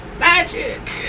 Magic